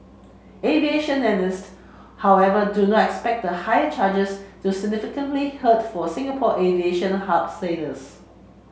aviation analyst however do not expect the higher charges to significantly hurt for Singapore aviation hub status